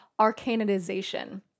arcanization